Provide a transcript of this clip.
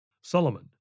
Solomon